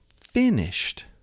finished